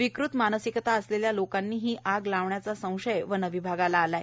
विकृत मानसिकता असलेल्या लोकांनी ही आग लावण्याचा संशय वनविभागाला आहे